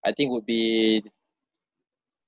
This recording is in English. I think it would be